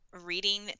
reading